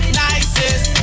nicest